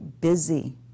busy